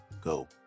go